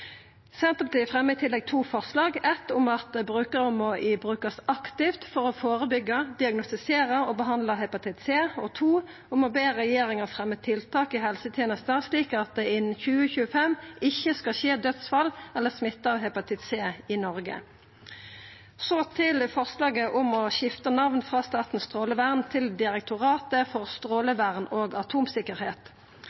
Senterpartiet fremjar i tillegg to forslag saman med Arbeidarpartiet – om at brukarrom må brukast aktivt for å førebyggja, diagnostisera og behandla hepatitt C, og om å be regjeringa fremja tiltak i helsetenesta slik at det innan 2025 ikkje skal skje dødsfall eller smitte av hepatitt C i Noreg. Så til forslaget om å skifta namn frå Statens strålevern til Direktoratet for